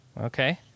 Okay